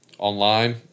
online